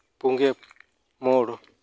ᱯᱩᱱᱜᱮ ᱢᱚᱲ